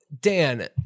Dan